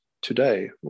today